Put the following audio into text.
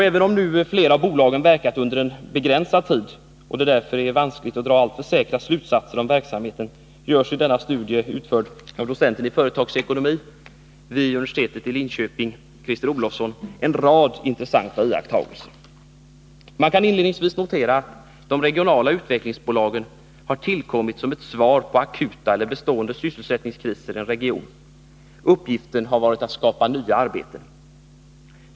Även om nu flera av bolagen verkat under begränsad tid, och det därför är vanskligt att dra alltför säkra slutsatser om verksamheten, görs i denna studie, utförd av docenten i företagsekonomi vid Linköpings universitet, Christer Olofsson, en rad intressanta iakttagelser. Man kan inledningsvis notera att de regionala utvecklingsbolagen ofta har tillkommit som ett svar på akuta eller bestående sysselsättningskriser i en region. Uppgiften har varit att skapa nya arbeten.